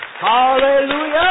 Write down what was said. Hallelujah